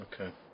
Okay